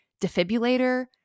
defibrillator